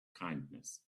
kindness